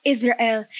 Israel